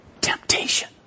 temptation